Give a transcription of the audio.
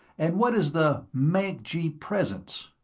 and what is the mancji presence?